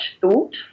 thought